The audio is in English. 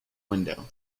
window